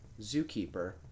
Zookeeper